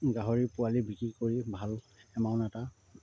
গাহৰি পোৱালি বিক্ৰী কৰি ভাল এমাউণ্ট এটা